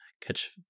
catch